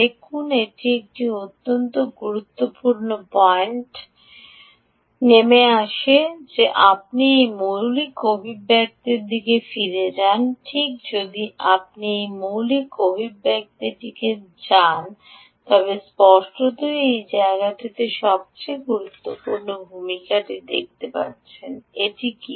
দেখুন এটি একটি অতি গুরুত্বপূর্ণ পয়েন্টে নেমে আসে যে আপনি এই মৌলিক অভিব্যক্তিটিতে ফিরে যান ঠিক যদি আপনি এই মৌলিক অভিব্যক্তিটিতে যান তবে আপনি স্পষ্টতই এই জায়গাটিকে সবচেয়ে গুরুত্বপূর্ণ ভূমিকাটি দেখতে পাচ্ছেন এটি কী